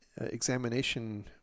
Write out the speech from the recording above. Examination